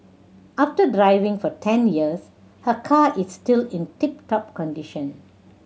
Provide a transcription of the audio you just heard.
after driving for ten years her car is still in tip top condition